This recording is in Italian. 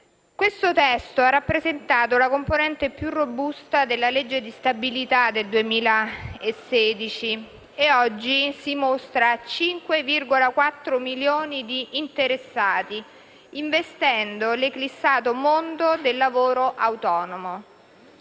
Questo testo ha rappresentato la componente più robusta della legge di stabilità del 2016 e oggi si mostra a 5,4 milioni di interessati, investendo l'eclissato mondo del lavoro autonomo.